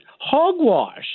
hogwash